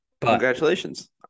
Congratulations